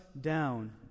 down